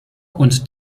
und